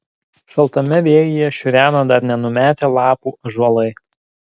šaltame vėjyje šiureno dar nenumetę lapų ąžuolai